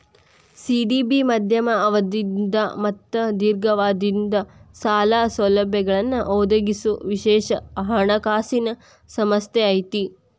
CDB ಮಧ್ಯಮ ಅವಧಿದ್ ಮತ್ತ ದೇರ್ಘಾವಧಿದ್ ಸಾಲ ಸೌಲಭ್ಯಗಳನ್ನ ಒದಗಿಸೊ ವಿಶೇಷ ಹಣಕಾಸಿನ್ ಸಂಸ್ಥೆ ಐತಿ